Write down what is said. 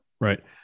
right